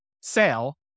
sale